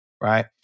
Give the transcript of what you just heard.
right